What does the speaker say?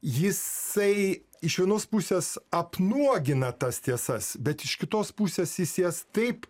jisai iš vienos pusės apnuogina tas tiesas bet iš kitos pusės jis jas taip